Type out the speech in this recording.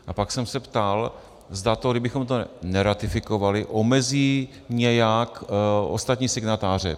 A pak jsem se ptal, zda to, kdybychom to neratifikovali, omezí nějak ostatní signatáře.